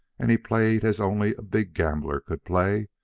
and he played as only a big gambler could play,